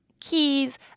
keys